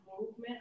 movement